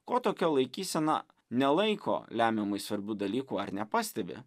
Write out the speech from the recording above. ko tokia laikysena nelaiko lemiamai svarbių dalyku ar nepastebi